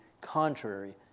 contrary